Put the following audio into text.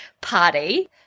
party